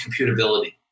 computability